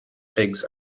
pigs